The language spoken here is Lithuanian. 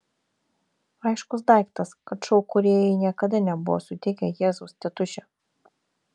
aiškus daiktas kad šou kūrėjai niekada nebuvo sutikę jėzaus tėtušio